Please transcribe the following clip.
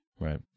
Right